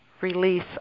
release